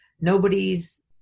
nobody's